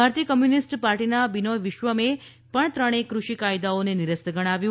ભારતીય કમ્યુનિસ્ટ પાર્ટીના બિનોય વિશ્વને પણ ત્રણેય કૃષિ કાયદાઓને નિરસ્ત ગણાવ્યું